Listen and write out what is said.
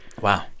wow